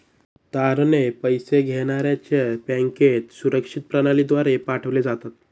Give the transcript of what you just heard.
तारणे पैसे घेण्याऱ्याच्या बँकेत सुरक्षित प्रणालीद्वारे पाठवले जातात